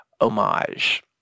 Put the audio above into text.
homage